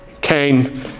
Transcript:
Cain